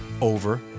over